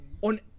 on